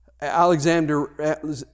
Alexander